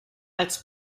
als